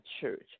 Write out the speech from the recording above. church